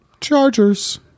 chargers